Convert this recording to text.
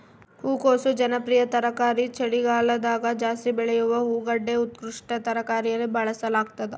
ಹೂಕೋಸು ಜನಪ್ರಿಯ ತರಕಾರಿ ಚಳಿಗಾಲದಗಜಾಸ್ತಿ ಬೆಳೆಯುವ ಹೂಗಡ್ಡೆ ಉತ್ಕೃಷ್ಟ ತರಕಾರಿಯಲ್ಲಿ ಬಳಸಲಾಗ್ತದ